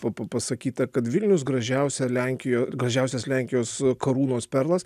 p p pasakyta kad vilnius gražiausia lenkija gražiausias lenkijos karūnos perlas